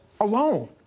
alone